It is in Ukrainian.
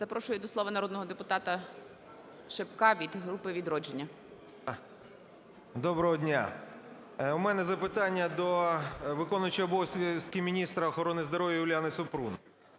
Запрошую до слова народного депутатаШипка від групи "Відродження". 10:26:46 ШИПКО А.Ф. Доброго дня! У мене запитання до виконуючого обов'язки міністра охорони здоров'я Уляни Супрун.